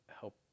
help